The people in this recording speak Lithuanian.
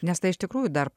nes tai iš tikrųjų dar